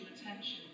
attention